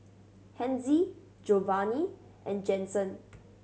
Hezzie Giovanni and Jensen